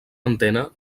antena